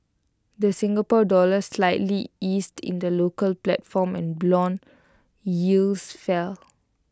the Singapore dollar slightly eased in the local platform and Bond yields fell